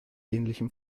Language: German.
ähnlichem